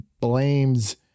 blames